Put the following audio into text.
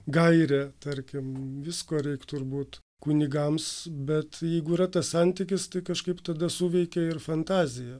gairė tarkim visko reik turbūt kunigams bet jeigu yra tas santykis tai kažkaip tada suveikia ir fantazija